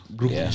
group